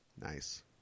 Nice